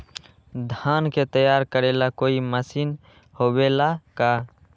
धान के तैयार करेला कोई मशीन होबेला का?